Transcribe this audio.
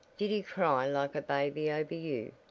did he cry like a baby over you?